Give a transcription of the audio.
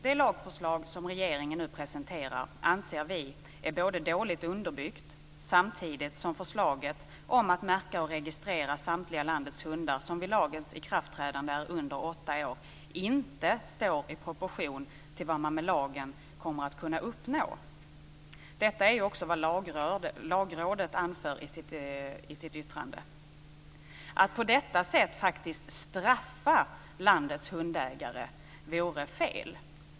Det lagförslag som regeringen nu presenterar anser vi är dåligt underbyggt, samtidigt som förslaget om att märka och registrera landets samtliga hundar som vid lagens ikraftträdande är under åtta år inte står i proportion till vad man med lagen kommer att kunna uppnå. Det är också vad Lagrådet anför i sitt yttrande. Att på detta sätt faktiskt straffa landets hundägare vore fel.